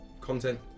content